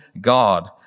God